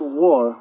war